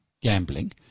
gambling